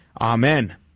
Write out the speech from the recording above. Amen